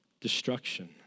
destruction